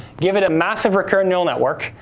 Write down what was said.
give it a massive recurring neural network,